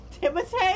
Timothy